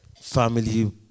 family